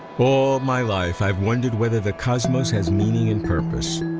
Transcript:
all my life i've wondered whether the cosmos has meaning and purpose.